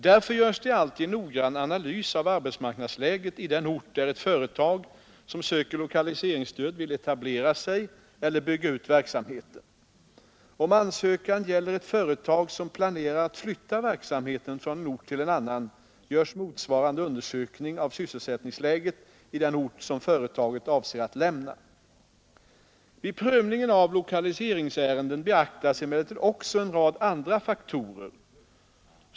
Därför görs det alltid en noggrann analys av arbetsmarknadsläget i den ort där ett företag som söker lokaliseringsstöd vill etablera sig eller bygga ut verksamheten. Om ansökan gäller ett företag som planerar att flytta verksamheten från en ort till en annan görs motsvarande undersökning av sysselsättningsläget i den ort som företaget avser att lämna. Vid prövningen av lokaliseringsärenden beaktas emellertid också en rad andra faktorer.